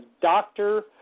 doctor